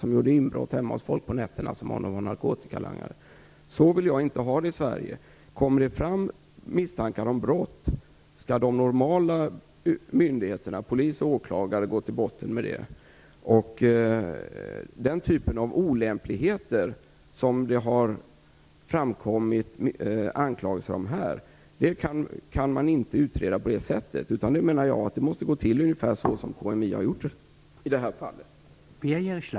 Man gjorde inbrott hemma hos folk på nätterna som om de vore narkotikalangare. Så vill jag inte ha det i Sverige. Kommer det fram misstankar om brott skall de normala myndigheterna - polis och åklagare - gå till botten med det. Den typen av olämpligheter som det har framkommit anklagelser om här kan man inte utreda på det sättet. Det måste gå till ungefär så som KMI har sett till att det har gjort i detta fall.